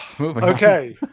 Okay